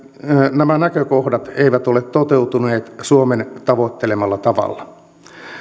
nämä näkökohdat eivät ole toteutuneet suomen tavoittelemalla tavalla